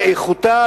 לאיכותה,